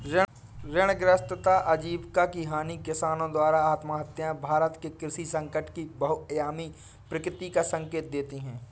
ऋणग्रस्तता आजीविका की हानि किसानों द्वारा आत्महत्याएं भारत में कृषि संकट की बहुआयामी प्रकृति का संकेत देती है